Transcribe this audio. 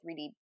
3D